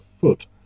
foot